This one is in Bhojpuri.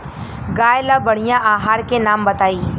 गाय ला बढ़िया आहार के नाम बताई?